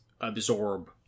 absorb